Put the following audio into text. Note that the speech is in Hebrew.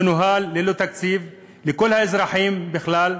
מנוהל ללא תקציב לכל האזרחים בכלל,